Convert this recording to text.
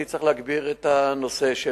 צריך להגביר את הטיפול בנושא,